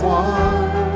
one